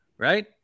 Right